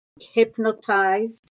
hypnotized